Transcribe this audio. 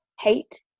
hate